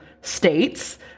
states